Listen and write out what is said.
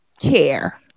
care